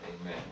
Amen